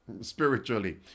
spiritually